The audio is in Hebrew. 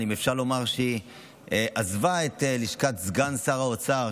אפשר לומר שהיא עזבה את לשכת סגן שר האוצר,